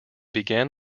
began